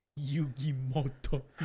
Yu-Gi-Moto